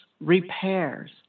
repairs